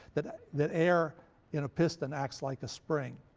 that that air in a piston acts like a spring.